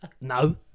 no